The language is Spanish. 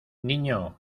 niño